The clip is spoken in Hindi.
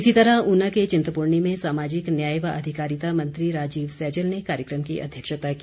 इसी तरह ऊना के चिंतपूर्णी में सामाजिक न्याय व अधिकारिता मंत्री राजीव सैजल ने कार्यक्रम की अध्यक्षता की